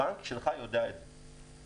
הבנק שלך יודע את זה,